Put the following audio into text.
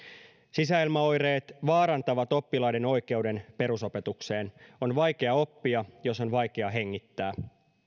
sisäilmaoireet vaarantavat oppilaiden oikeuden perusopetukseen on vaikea oppia jos on vaikea hengittää